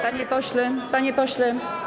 Panie pośle, panie pośle.